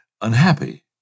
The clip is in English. unhappy